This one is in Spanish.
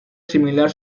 similar